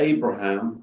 Abraham